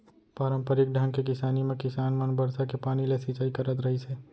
पारंपरिक ढंग के किसानी म किसान मन बरसा के पानी ले सिंचई करत रहिस हे